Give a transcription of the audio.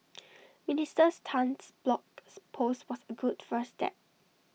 ministers Tan's blogs post was A good first step